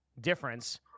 difference